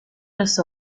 los